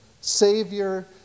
Savior